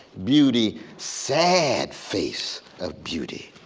beauty, sad face of beauty,